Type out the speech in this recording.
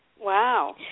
Wow